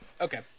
Okay